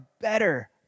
better